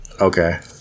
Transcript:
Okay